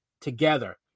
together